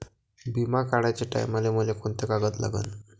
बिमा काढाचे टायमाले मले कोंते कागद लागन?